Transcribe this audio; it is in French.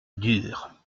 dur